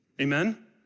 Amen